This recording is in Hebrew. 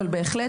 אבל בהחלט,